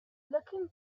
looking